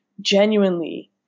genuinely